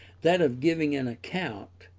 that of giving an account,